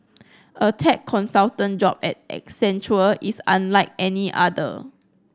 a tech consultant job at Accenture is unlike any other